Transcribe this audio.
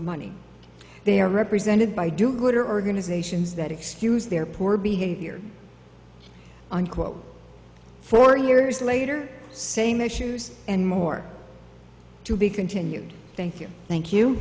money they are represented by do gooder organizations that excuse their poor behavior on quote for years later same issues and more to be continued thank you thank you